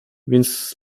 więc